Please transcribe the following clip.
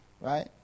right